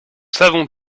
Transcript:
savons